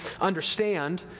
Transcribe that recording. understand